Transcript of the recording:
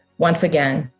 once again,